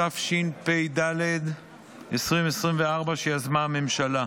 התשפ"ד 2024, שיזמה הממשלה.